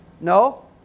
No